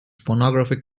pornographic